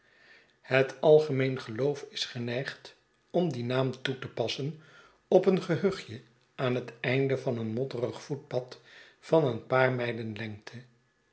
het algemeen geloof is geneigd om dien naam toe te passen op een gehuchtje aan het einde van een modderig voetpad van een paar mijlen lengte